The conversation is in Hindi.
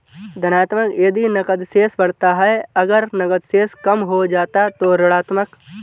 धनात्मक यदि नकद शेष बढ़ता है, अगर नकद शेष कम हो जाता है तो ऋणात्मक